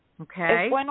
okay